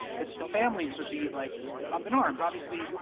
that the families would be like up in arms. obviously,